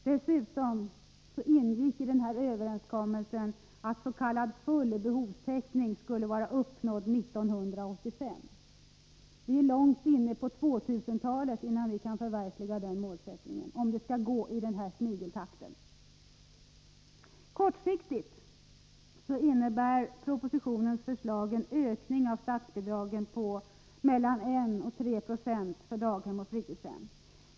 Dessutom ingick i överenskommelsen att s.k. full behovstäckning skulle vara uppnådd 1985. Om det går i denna snigeltakt, är vi långt inne på 2000-talet, innan det målet kan förvekligas. Kortsiktigt innebär propositionens förslag en ökning av statsbidragen med mellan 1 och 3 46 för daghem och fritidshem.